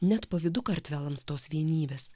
net pavydu kartvelams tos vienybės